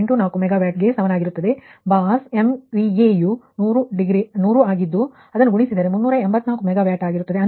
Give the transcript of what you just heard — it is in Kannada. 84 ಮೆಗಾವ್ಯಾಟ್ ಗೆ ಸಮನಾಗಿರುತ್ತದೆ ಬಾಸ್ MVA ಯು 100 ಆಗಿದ್ದು ಅದನ್ನು ಗುಣಿಸಿದರೆ 384 ಮೆಗಾವ್ಯಾಟ್ ಆಗುತ್ತದೆ